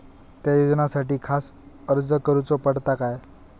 त्या योजनासाठी खास अर्ज करूचो पडता काय?